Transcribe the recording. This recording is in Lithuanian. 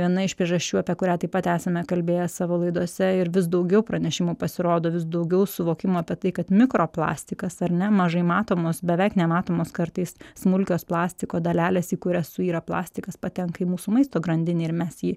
viena iš priežasčių apie kurią taip pat esame kalbėję savo laidose ir vis daugiau pranešimų pasirodo vis daugiau suvokimo apie tai kad mikroplastikas ar ne mažai matomos beveik nematomos kartais smulkios plastiko dalelės į kurias suyra plastikas patenka į mūsų maisto grandinę ir mes jį